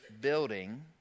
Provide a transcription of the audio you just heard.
building